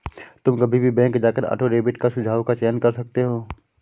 तुम कभी भी बैंक जाकर ऑटो डेबिट का सुझाव का चयन कर सकते हो